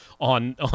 on